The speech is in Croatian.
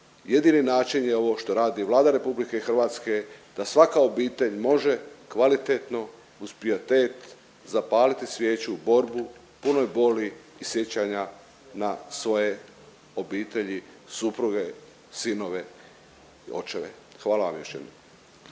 jedini način je ovo što radi Vlada Republike Hrvatske da svaka obitelj može kvalitetno uz pijetet zapaliti svijeću borbu punoj boli i sjećanja na svoje obitelji, supruge, sinove, očeve. Hvala vam još jednom.